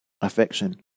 affection